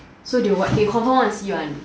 so they they confirm wanna see one